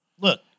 look